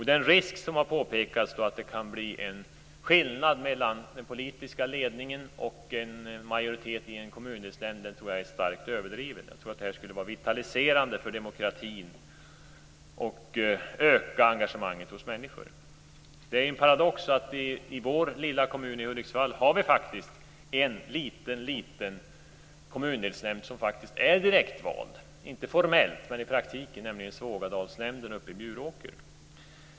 Den risk som har påpekats för att det kan bli skillnad mellan den politiska ledningen och majoriteten i en kommundelsnämnd tror jag är starkt överdriven. Jag tror att detta skulle vara vitaliserande för demokratin och öka engagemanget hos människor. Det är en paradox att vi i vår lilla kommun, Hudiksvall, faktiskt har en liten kommundelsnämnd som är direktvald - inte formellt, men i praktiken - nämligen Svågadalsnämnden uppe i Bjuråker.